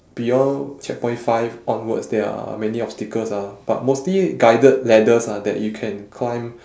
beyond checkpoint five onwards there are many obstacles ah but mostly guided ladders ah that you can climb